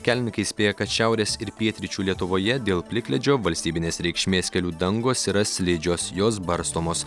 kelininkai įspėja kad šiaurės ir pietryčių lietuvoje dėl plikledžio valstybinės reikšmės kelių dangos yra slidžios jos barstomos